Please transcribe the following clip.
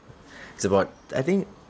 it's about I think